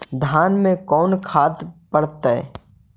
धान मे कोन खाद पड़तै?